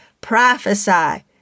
Prophesy